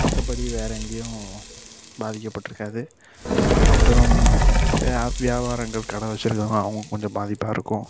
மற்றபடி வேறே எங்கேயும் பாதிக்கப்பட்டிருக்காது அப்புறம் வியாபாரங்கள் கடை வச்சிருக்கறவங்க அவங்களுக்கு கொஞ்சம் பாதிப்பாக இருக்கும்